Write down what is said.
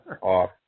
off